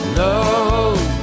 love